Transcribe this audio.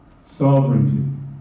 sovereignty